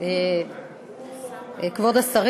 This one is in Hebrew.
הצעת חוק הנוער